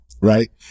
right